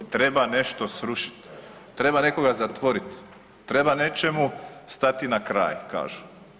Treba nešto srušiti, treba nekoga zatvoriti, treba nečemu stati na kraj kažu.